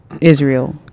Israel